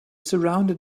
surrounded